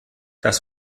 das